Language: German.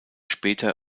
später